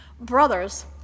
Brothers